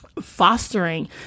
fostering